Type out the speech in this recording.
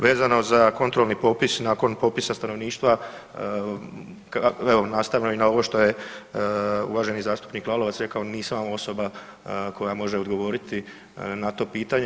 Vezano za kontrolni popis nakon popisa stanovništva, evo nastavno i na ovo što je uvaženi zastupnik Lalovac rekao, nisam osoba koja može odgovoriti na to pitanje.